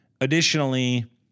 Additionally